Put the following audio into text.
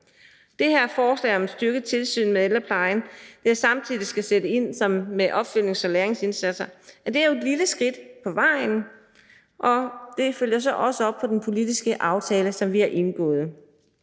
Det her forslag om et styrket tilsyn med ældreplejen, der samtidig skal sætte ind med opfølgnings- og læringsindsatser, er jo et lille skridt på vejen, og det følger så også op på den politiske aftale, som vi har indgået.